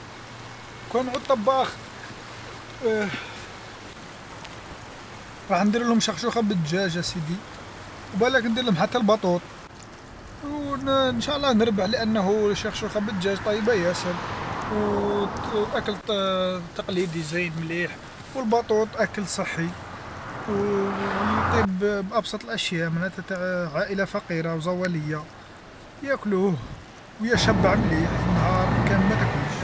كون عاد طباخ راح ندير لهم شخشوخة بالدجاج أسيدي، وبالاك ندير لهم حتى الباطوط، و- ان شاء الله نربح لأنه شخشوخة بالدجاج طيبة ياسر، واكلة تقليدي زايد مليح، والباطوط أكل صحي ويطيب بأبسط الأشياء معناتها تاع عائلة فقيرة وزوالية، ياكلوه ويشابع مليح النهار كامل ما تاكلش.